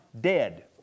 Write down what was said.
dead